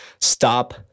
stop